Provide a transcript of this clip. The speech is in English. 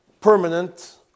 permanent